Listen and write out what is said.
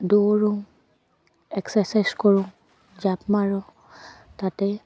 দৌৰোঁ এক্সাৰছাইজ কৰোঁ জাপ মাৰোঁ তাতে